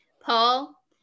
Paul